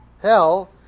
hell